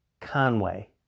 Conway